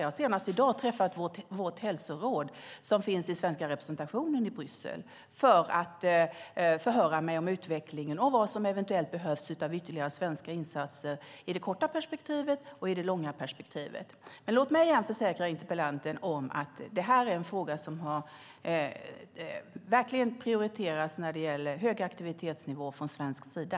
Jag har senast i dag träffat vårt hälsoråd som finns i den svenska representationen i Bryssel för att förhöra mig om utvecklingen och vad som eventuellt behövs av ytterligare svenska insatser, i det korta perspektivet och i det långa perspektivet. Låt mig återigen försäkra interpellanten om att detta är en fråga som verkligen prioriteras när det gäller hög aktivitetsnivå från svensk sida.